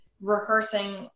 rehearsing